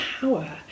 power